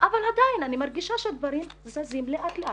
אבל עדיין אני מרגישה שהדברים זזים לאט לאט.